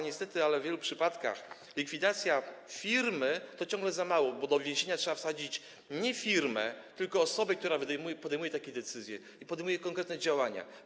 Niestety, w wielu przypadkach likwidacja firmy to ciągle za mało, bo do więzienia trzeba wsadzić nie firmę, tylko osobę, która podejmuje takie decyzje i podejmuje konkretne działania.